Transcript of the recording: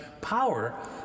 power